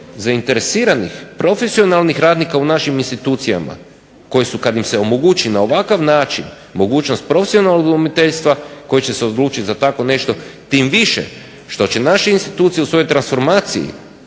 zainteresiranih profesionalnih radnika u našim institucijama koji su kad im se omogući na ovakav način mogućnost profesionalnog udomiteljstva koje će se odlučit za tako nešto, tim više što će naše institucije u svojoj transformaciji